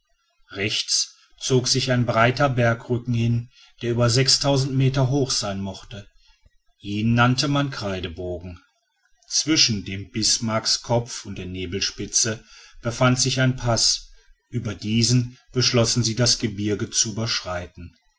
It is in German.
rechts zog sich ein breiter bergrücken hin der über meter hoch sein mochte ihn nannte man kreidebogen zwischen dem bismarckskopf und der nebelspitze befand sich ein paß über diesen beschlossen sie das gebirge zu überschreiten